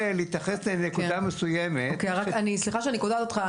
להתייחס לנקודה מסוימת ואני אעשה את זה קצר.